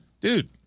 Dude